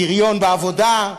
פריון בעבודה,